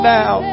now